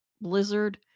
blizzard